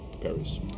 Paris